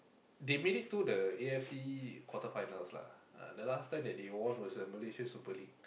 they made it to the A_F_C quarter finals lah uh the last time that they won was the Malaysia super league